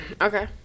Okay